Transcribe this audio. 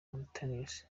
mauritius